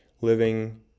living